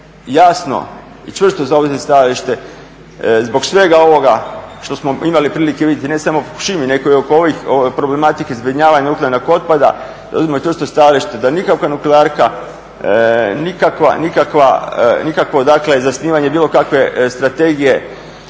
jasno i čvrsto zauzeti stajalište zbog svega ovoga što smo imali prilike vidjeti, ne samo u Fukushimi, nego i oko ove problematike zbrinjavanja nuklearnog otpada. Zauzmimo stručno stajalište da nikakva nuklearka, nikakvo zasnivanje bilo kakve strategije